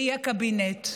והיא הקבינט.